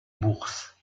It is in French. bourse